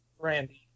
brandy